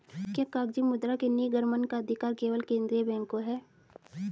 क्या कागजी मुद्रा के निर्गमन का अधिकार केवल केंद्रीय बैंक को है?